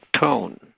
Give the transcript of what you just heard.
tone